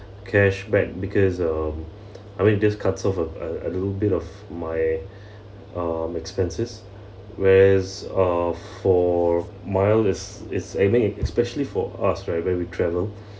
cashback because um I mean just cuts off a a little bit of my um expenses whereas of for miles it's it's I mean especially for us right when we travel